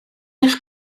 eich